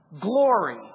glory